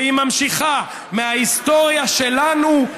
והיא ממשיכה: מההיסטוריה שלנו,